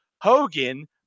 Hogan